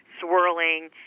swirling